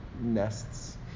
Nests